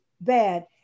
bad